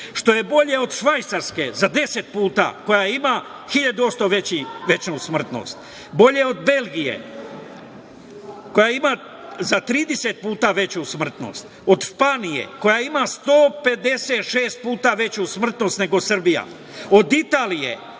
Što je bolje od Švajcarske za deset puta, koja ima hiljadu odsto veću smrtnost, bolje od Belgije koja ima za 30 puta veću smrtnost, od Španije koja ima 156 puta veću smrtnost nego Srbija, od Italije